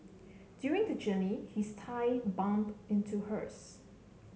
during the journey his thigh bumped into hers